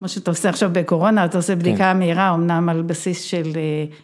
כמו שאתה עושה עכשיו בקורונה, אתה עושה בדיקה מהירה, אמנם על בסיס של...